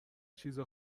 چیز